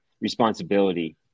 responsibility